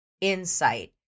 insight